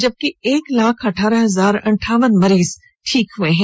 जबकि एक लाख अठारह हजार अनठावन मरीज ठीक हुए हैं